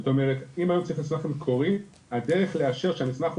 זאת אומרת אם היום צריך את המסמך המקורי הדרך לאשר שהמסמך הוא